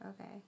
Okay